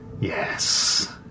Yes